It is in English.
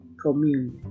communion